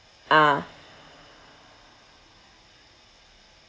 ah